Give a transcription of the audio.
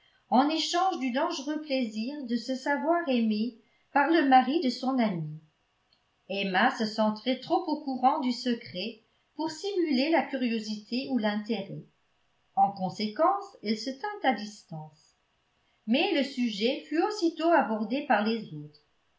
en échange du dangereux plaisir de se savoir aimée par le mari de son amie emma se sentait trop au courant du secret pour simuler la curiosité ou l'intérêt en conséquence elle se tint à distance mais le sujet fut aussitôt abordé par les autres